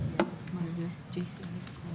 אני ממשרד הבריאות.